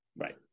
Right